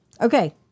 okay